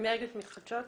אנרגיות מתחדשות?